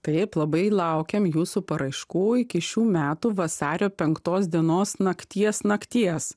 taip labai laukiam jūsų paraiškų iki šių metų vasario penktos dienos nakties nakties